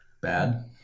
Bad